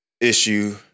issue